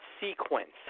sequence